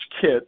kit